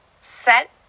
set